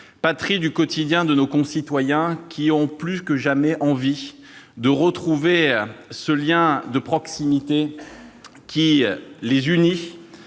patrie du quotidien de nos concitoyens, lesquels ont plus que jamais envie de retrouver le lien de proximité qui les unit